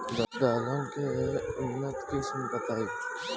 दलहन के उन्नत किस्म बताई?